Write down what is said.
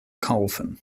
kaufen